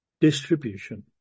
Distribution